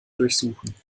durchsuchen